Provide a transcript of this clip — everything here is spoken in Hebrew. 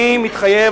אני מתחייב,